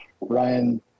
Ryan